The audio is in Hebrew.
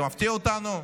זה מפתיע אותנו?